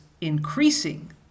increasing